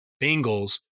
Bengals